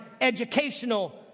educational